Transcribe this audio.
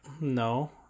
No